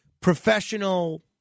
professional